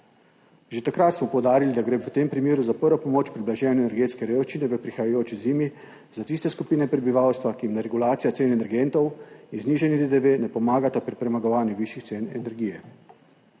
Že takrat smo poudarili, da gre v tem primeru za prvo pomoč pri blaženju energetske revščine v prihajajoči zimi za tiste skupine prebivalstva, ki jim regulacija cen energentov in znižanje DDV ne pomagata pri premagovanju višjih cen energije.